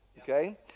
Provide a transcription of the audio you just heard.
okay